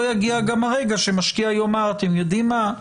יגיע גם הרגע שמשקיע יאמר אתם יודעים מה,